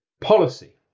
policy